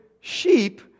sheep